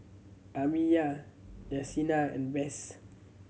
Amiya Yessenia and Bess